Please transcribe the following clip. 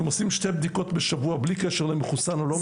הם עושים שתי בדיקות בשבוע בלי קשר למחוסן או לא מחוסן.